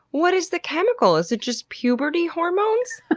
what is the chemical? is it just puberty hormones?